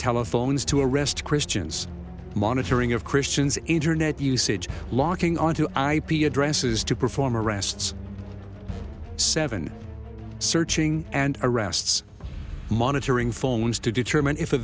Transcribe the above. telephones to arrest christians monitoring of christians internet usage logging on to ip addresses to perform arrests seven searching and arrests monitoring phones to determine if a